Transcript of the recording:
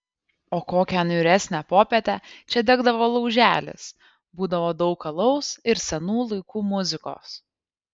o kokią niūresnę popietę čia degdavo lauželis būdavo daug alaus ir senų laikų muzikos